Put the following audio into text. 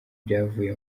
ibyavuye